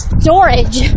storage